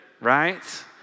right